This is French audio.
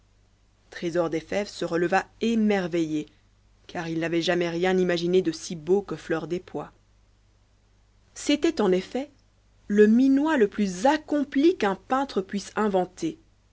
trésor des fèves se releva emerveillé car il n'avait jamais rien imagine d'aussi beau que fleur des pois c'était on cnet le minois le plus accompli qu'un peintre puisse inventer